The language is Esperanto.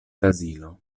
brazilo